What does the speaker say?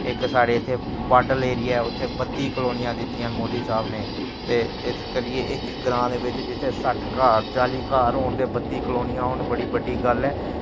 इक साढ़े इत्थे पाडर एरिया ऐ उत्थें बत्ती कलौंनियां दित्तियां न मोदी साह्ब नै ते इस करियै इक ग्रां दे बिच्च जित्थें सट्ठ घर चाली घर होन ते बत्ती कलौनियां औन बड्डी गल्ल ऐ